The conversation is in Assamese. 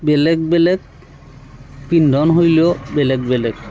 বেলেগ বেলেগ পিন্ধন শৈলীও বেলেগ বেলেগ